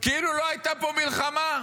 כאילו לא הייתה פה מלחמה.